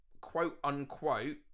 quote-unquote